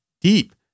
deep